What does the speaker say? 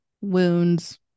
wounds